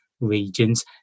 regions